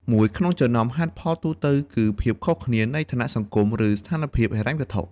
មួយក្នុងចំណោមហេតុផលទូទៅបំផុតគឺភាពខុសគ្នានៃឋានៈសង្គម ឬស្ថានភាពហិរញ្ញវត្ថុ។